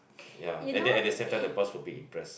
ya and then at the same time the boss will be impressed